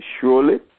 Surely